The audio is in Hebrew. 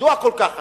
מדוע כל כך חשוב?